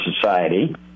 society